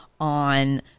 on